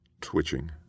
Twitching